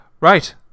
Right